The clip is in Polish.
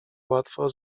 łatwo